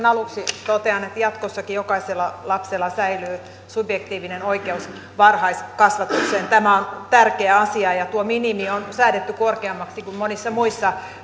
aluksi totean että jatkossakin jokaisella lapsella säilyy subjektiivinen oikeus varhaiskasvatukseen tämä on tärkeä asia ja tuo minimi on säädetty korkeammaksi kuin monissa muissa